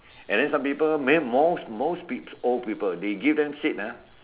and then some people may most most old people they give them seat ah